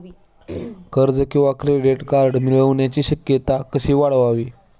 कर्ज किंवा credit card मिळण्याची शक्यता कशी वाढवावी?